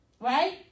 Right